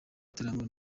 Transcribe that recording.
gitaramo